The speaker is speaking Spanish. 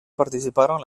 participaron